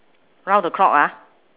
round the clock ah